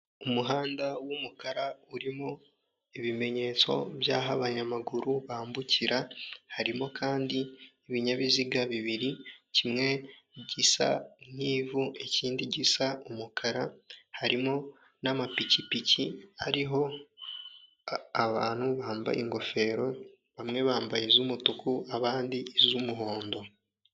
Umuhanda w'umukara urimo ibimenyetso by'aho abanyamaguru bambukira, harimo kandi ibinyabiziga bibiri, kimwe gisa nk'ivu, ikindi gisa umukara, harimo n'amapikipiki ariho abantu bambaye ingofero, bamwe bambaye iz'umutuku, abandi iz'umuhondo.